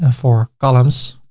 ah four columns